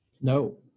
No